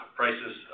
prices